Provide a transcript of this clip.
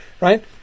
right